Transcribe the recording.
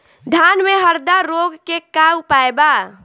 धान में हरदा रोग के का उपाय बा?